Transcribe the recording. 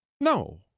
No